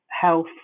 health